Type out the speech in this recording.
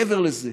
מעבר לזה,